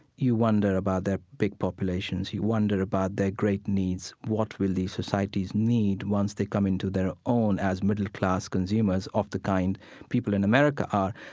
you wonder about their big populations, you wonder about their great needs. what will these societies need once they come into their own as middle-class consumers of the kind people in america are?